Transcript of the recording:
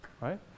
right